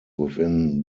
within